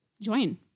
join